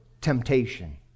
temptation